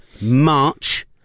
March